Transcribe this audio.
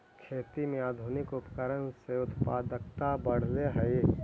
खेती में आधुनिक उपकरण से उत्पादकता बढ़ले हइ